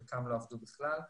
חלקם לא עבדו בכלל.